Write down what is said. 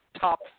top